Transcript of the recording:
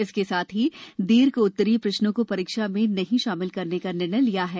इसके साथ ही दीर्घउत्तरीय प्रश्नों को परीक्षा में नहीं शामिल करने का निर्णय लिया है